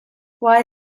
why